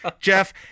Jeff